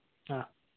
ஆ